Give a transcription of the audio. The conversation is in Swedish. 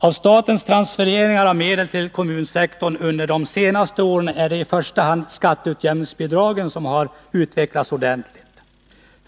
Av statens transfereringar av medel till kommunsektorn under de senaste åren är det i första hand skatteutjämningsbidragen som har utvecklats ordentligt.